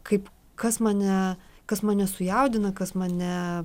kaip kas mane kas mane sujaudina kas mane